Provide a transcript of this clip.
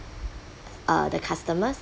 uh the customers